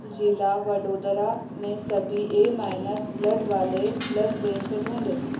ज़िला वडोदरा में सभी ए नेगेटिव ब्लड वाले ब्लड बैंक ढूँढें